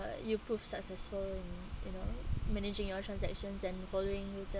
uh you prove successful you know managing your transactions and following with